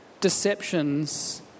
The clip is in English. deceptions